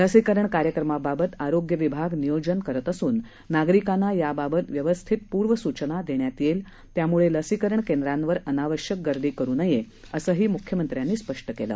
लसीकरण कार्यक्रमाबाबत आरोग्य विभाग नियोजन करत असून नागरिकांना याबाबत व्यवस्थित पूर्वसूचना देण्यात येईल त्यामुळे लसीकरण केंद्रांवर अनावश्यक गर्दी करू नये असंही मुख्यमंत्र्यांनी स्पष्ट केलं